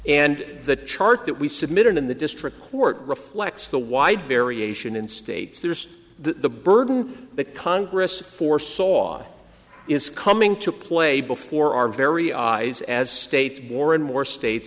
and the chart that we submitted in the district court reflects the wide variation in state's there's the burden that congress for saw is coming to play before our very eyes as states more and more states